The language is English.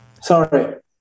sorry